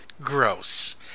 Gross